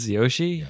Yoshi